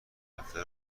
هفته